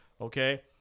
okay